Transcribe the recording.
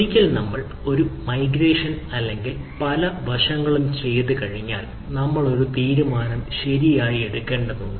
ഒരിക്കൽ നമ്മൾ ഒരു മൈഗ്രേഷൻ അല്ലെങ്കിൽ പല വശങ്ങളും ചെയ്തുകഴിഞ്ഞാൽ നമ്മൾ ഒരു തീരുമാനം ശരിയായി എടുക്കേണ്ടതുണ്ട്